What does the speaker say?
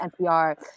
NPR